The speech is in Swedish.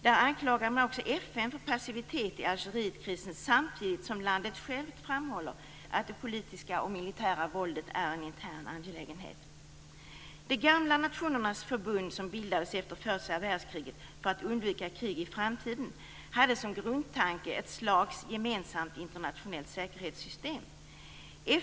Där anklagar man också FN för passivitet i Algerietkrisen samtidigt som landet självt framhåller att det politiska och militära våldet är en intern angelägenhet. Det gamla Nationernas förbund som bildades efter första världskriget för att undvika krig i framtiden hade som grundtanke ett slags gemensamt internationellt säkerhetssystem.